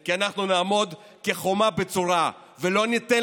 כי אנחנו נעמוד כחומה בצורה ולא ניתן